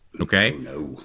okay